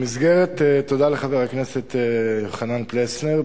תודה לחבר הכנסת יוחנן פלסנר.